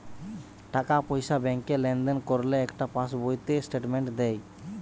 টাকা পয়সা ব্যাংকে লেনদেন করলে একটা পাশ বইতে স্টেটমেন্ট দেয়